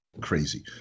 crazy